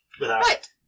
Right